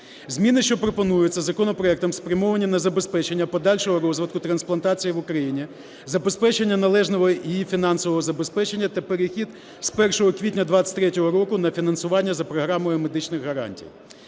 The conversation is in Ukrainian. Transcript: Зміни, що пропонуються законопроектом, спрямовані на забезпечення подальшого розвитку трансплантації в Україні, забезпечення належного її фінансового забезпечення та перехід з 1 квітня 23-го року на фінансування за програмою медичних гарантій.